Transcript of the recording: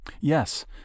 Yes